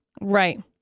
right